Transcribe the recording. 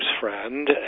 friend